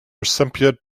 recipient